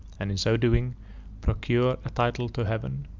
and in so doing procure a title to heaven,